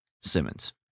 Simmons